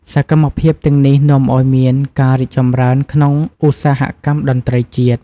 សកម្មភាពទាំងនេះនាំឱ្យមានការរីកចម្រើនក្នុងឧស្សាហកម្មតន្ត្រីជាតិ។